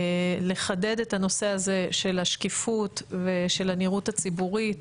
לחדד את הנושא הזה של השקיפות ושל הנראות הציבורית